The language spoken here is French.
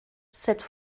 cette